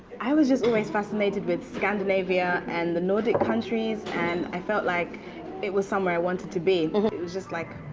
i was just always fascinated with scandinavia and the nordic countries and i felt like it was somewhere i wanted to be it it was just like